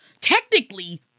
technically